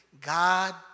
God